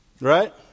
Right